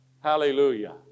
Hallelujah